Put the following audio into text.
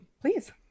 Please